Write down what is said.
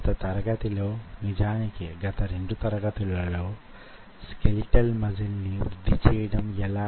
మనమీ రోజు యీ ధారావాహిక యొక్క 8వ వారంలో ప్రవేశించాము